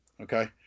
okay